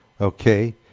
Okay